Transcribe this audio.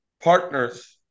partners